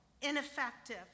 ineffective